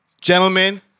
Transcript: Gentlemen